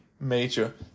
Major